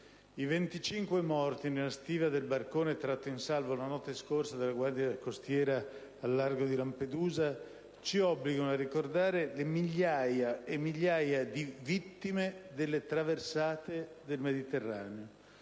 I 25 morti nella stiva del barcone tratto in salvo la notte scorsa dalla Guardia costiera al largo di Lampedusa ci obbligano a ricordare le migliaia e migliaia di vittime delle traversate del Mediterraneo.